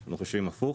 אנחנו חושבים הפוך.